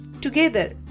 Together